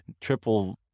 triple